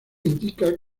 indica